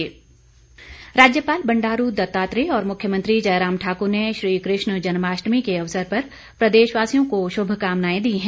जन्माष्टमी राज्यपाल बंडारू दत्तात्रेय और मुख्यमंत्री जयराम ठाकुर ने श्री कृष्ण जन्माष्टमी के अवसर पर प्रदेशवासियों को शुभकामनाएं दी हैं